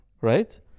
right